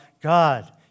God